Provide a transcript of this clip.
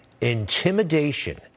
Intimidation